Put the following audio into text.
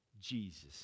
Jesus